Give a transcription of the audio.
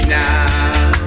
now